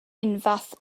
unfath